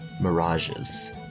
mirages